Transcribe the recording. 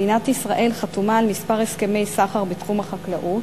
מדינת ישראל חתומה על כמה הסכמי סחר בתחום החקלאות,